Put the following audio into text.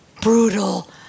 brutal